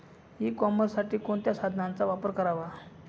E कॉमर्ससाठी कोणत्या साधनांचा वापर करावा?